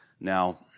Now